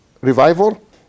revival